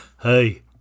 Hey